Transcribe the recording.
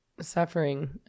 suffering